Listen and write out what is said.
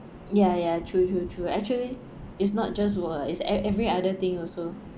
ya ya true true true actually it's not just work is e~ every other thing also